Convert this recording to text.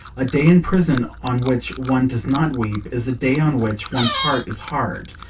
a day in prison on which one does not weep is a day on which one's heart is hard,